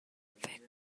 فکر